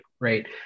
right